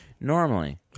Normally